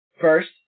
first